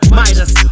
minus